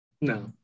No